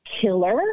killer